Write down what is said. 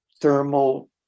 thermal